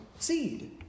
seed